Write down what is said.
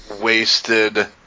wasted